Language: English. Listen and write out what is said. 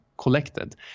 Collected